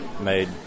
made